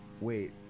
wait